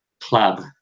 club